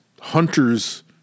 hunter's